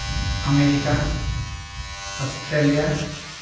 America Australia